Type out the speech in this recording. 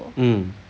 mm